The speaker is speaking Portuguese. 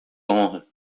honra